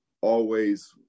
always-